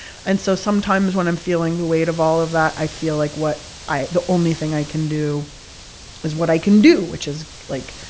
and so sometimes when i'm feeling the weight of all of that, i feel like what i the only thing i can do is what i can do, which is, like,